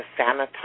sanitize